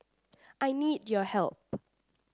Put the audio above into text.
I need your help